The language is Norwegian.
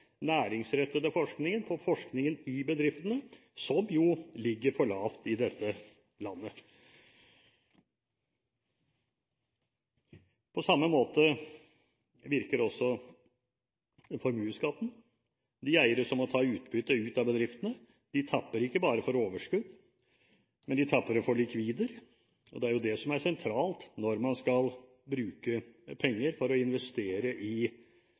næringsrettede forskningen – på forskningen i bedriftene – som ligger for lavt i dette landet. På samme måte virker også formuesskatten. De eiere som må ta ut utbytte fra bedriftene, tapper dem ikke bare for overskudd, men de tapper dem for likvider. Det er det som er sentralt når man skal bruke penger for å investere i